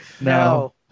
No